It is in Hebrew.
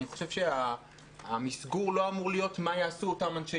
אני חושב שהמסגור לא אמור להיות מה יעשו אותם אנשי